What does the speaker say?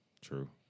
True